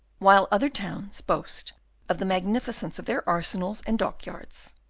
while other towns boast of the magnificence of their arsenals and dock-yards,